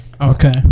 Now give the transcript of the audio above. Okay